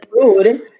food